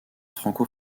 franco